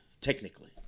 Technically